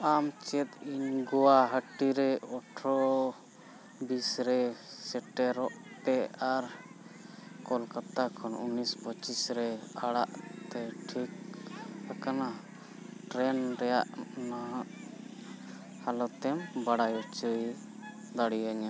ᱟᱢ ᱪᱮᱫ ᱤᱧ ᱜᱳᱦᱟᱹᱴᱤ ᱨᱮ ᱟᱴᱷᱨᱚ ᱵᱤᱥ ᱨᱮ ᱥᱮᱴᱮᱨᱚᱜᱛᱮ ᱟᱨ ᱠᱚᱞᱠᱟᱛᱟ ᱠᱷᱚᱱ ᱩᱱᱤᱥ ᱯᱚᱸᱪᱤᱥ ᱨᱮ ᱟᱲᱟᱜᱛᱮ ᱴᱷᱤᱠ ᱟᱠᱟᱱᱟ ᱴᱨᱮᱱ ᱨᱮᱭᱟᱜ ᱱᱟᱦᱟᱜ ᱦᱟᱞᱚᱛᱮᱢ ᱵᱟᱲᱟᱭ ᱦᱚᱪᱚ ᱫᱟᱲᱮᱭᱟᱹᱧᱟ